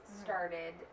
started